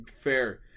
fair